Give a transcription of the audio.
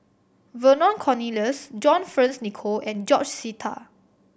Vernon Cornelius John Fearns Nicoll and George Sita